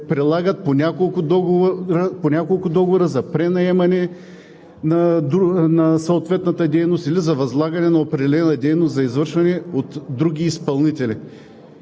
по няколко договора за пренаемане на съответната дейност или за възлагане на определена дейност за извършване от други изпълнители.